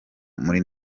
muri